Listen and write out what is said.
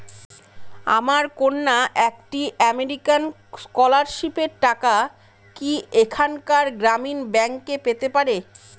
আমার কন্যা একটি আমেরিকান স্কলারশিপের টাকা কি এখানকার গ্রামীণ ব্যাংকে পেতে পারে?